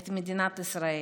את מדינת ישראל.